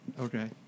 Okay